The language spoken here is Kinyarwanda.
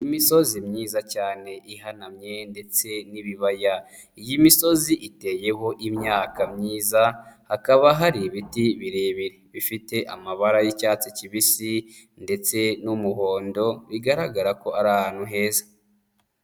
Imisozi myiza cyane ihanamye ndetse n'ibibaya, iyi misozi iteyeho imyaka myiza, hakaba hari ibiti birebire bifite amabara y'icyatsi kibisi ndetse n'umuhondo, bigaragara ko ari ahantu heza.